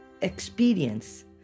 experience